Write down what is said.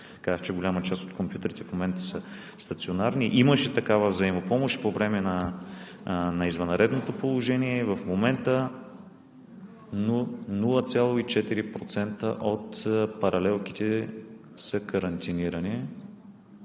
казах, голяма част от компютрите в момента са стационарни. Имаше такава взаимопомощ по време на извънредното положение. В момента 0,4% от паралелките са карантинирани.